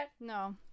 no